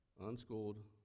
unschooled